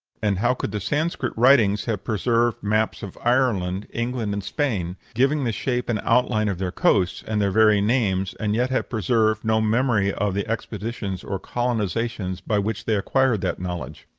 and how could the sanscrit writings have preserved maps of ireland, england, and spain, giving the shape and outline of their coasts, and their very names, and yet have preserved no memory of the expeditions or colonizations by which they acquired that knowledge?